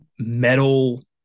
metal